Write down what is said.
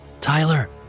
Tyler